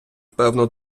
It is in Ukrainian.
певну